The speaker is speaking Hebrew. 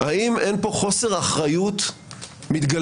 האם אין פה חוסר אחריות מתגלגל,